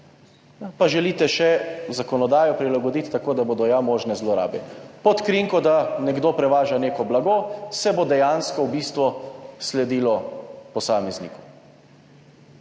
pa želite še zakonodajo prilagoditi tako, da bodo ja možne zlorabe. Pod krinko, da nekdo prevaža neko blago, se bo dejansko v bistvu sledilo posamezniku.